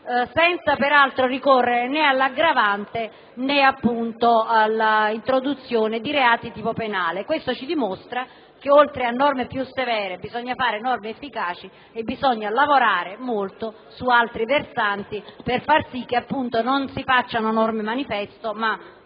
senza peraltro ricorrere né all'aggravante, né appunto all'introduzione di fattispecie di tipo penale. Questo ci dimostra che, oltre a norme più severe, bisogna fare norme efficaci e lavorare molto su altri versanti per fare sì che non si approvino norme manifesto ma